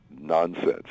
nonsense